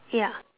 ya